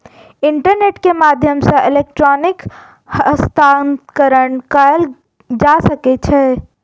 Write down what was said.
internet के माध्यम सॅ इलेक्ट्रॉनिक हस्तांतरण कयल जा सकै छै